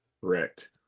Correct